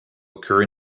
occur